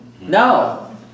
No